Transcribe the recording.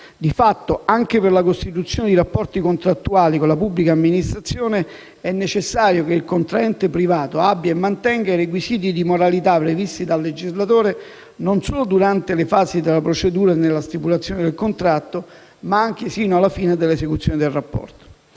Di fatto, anche per la costituzione di rapporti contrattuali con la pubblica amministrazione è necessario che il contraente privato abbia e mantenga i requisiti di moralità previsti dal legislatore, non solo durante le fasi della procedura e nella stipulazione del contratto, ma anche sino alla fine dell'esecuzione del rapporto.